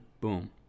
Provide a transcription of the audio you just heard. boom